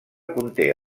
conté